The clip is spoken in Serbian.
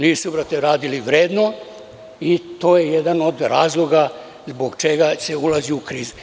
Nisu radili vredno i to je jedan od razloga zbog čega se ulazi u krizu.